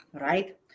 Right